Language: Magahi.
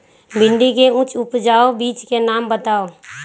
भिंडी के उच्च उपजाऊ बीज के नाम बताऊ?